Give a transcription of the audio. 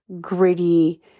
gritty